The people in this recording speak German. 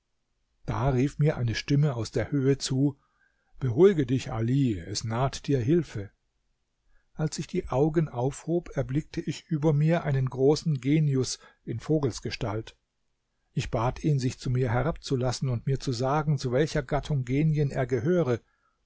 da rief mir eine stimme aus der höhe zu beruhige dich ali es naht dir hilfe als ich die augen aufhob erblickte ich über mir einen großen genius in vogelsgestalt ich bat ihn sich zu mir herabzulassen und mir zu sagen zu welcher gattung genien er gehöre